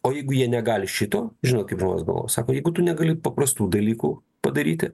o jeigu jie negali šito žinot kaip žmonės galvoja sako jeigu tu negali paprastų dalykų padaryti